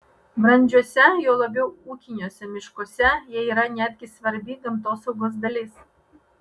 brandžiuose juo labiau ūkiniuose miškuose jie yra netgi svarbi gamtosaugos dalis